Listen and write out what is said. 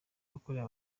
yakorewe